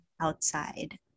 outside